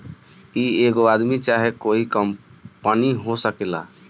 ई एगो आदमी चाहे कोइ कंपनी हो सकेला